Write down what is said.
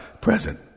present